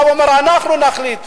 בא ואומר: אנחנו נחליט.